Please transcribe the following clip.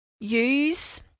use